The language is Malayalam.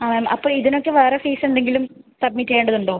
ആ മാം അപ്പോൾ ഇതിനൊക്കെ വേറെ ഫീസെന്തെങ്കിലും സബ്മിറ്റ് ചെയ്യേണ്ടതുണ്ടോ